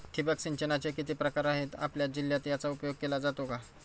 ठिबक सिंचनाचे किती प्रकार आहेत? आपल्या जिल्ह्यात याचा उपयोग केला जातो का?